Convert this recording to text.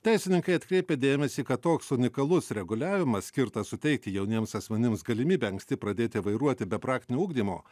teisininkai atkreipia dėmesį kad toks unikalus reguliavimas skirtas suteikti jauniems asmenims galimybę anksti pradėti vairuoti be praktinio ugdymo